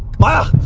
maya,